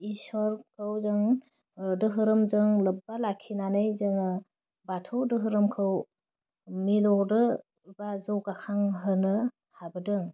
ईश्वरखौ जों ओह दोहोरोमजों लोब्बा लाखिनानै जोङो बाथौ दोहोरोमखौ मिलौदो बा जौगाखां होनो हाबोदों